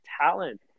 talent